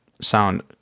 sound